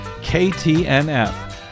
KTNF